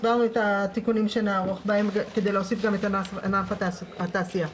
הסברנו את התיקונים שנערוך כדי להוסיף גם את ענף התעשייה.